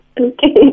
Okay